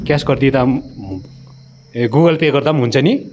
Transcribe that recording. cash गरिदिँदा पनि ए गुगल पे गर्दा पनि हुन्छ नि